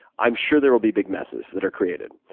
i'm sure there will be big messes that are created.